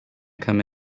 come